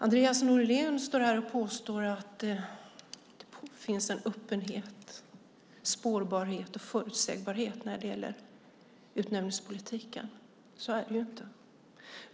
Andreas Norlén står här och påstår att det finns en öppenhet, en spårbarhet och en förutsägbarhet när det gäller utnämningspolitiken. Så är det ju inte.